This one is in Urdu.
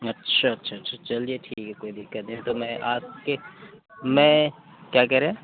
اچھا اچھا اچھا چلیے ٹھیک ہے کوئی دقت نہیں تو میں آ کے میں کیا کہہ رہے ہیں